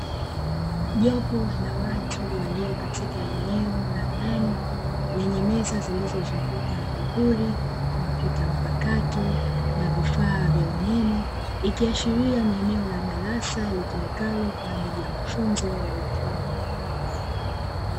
Jopo la watu walio katika eneo la ndani lenye meza zilizozungukwa na vipuri, kompyuta mpakato na vifaa vya umeme; ikiashiria ni eneo la darasa litumikalo kwa ajili ya mafunzo ya ufundi.